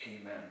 Amen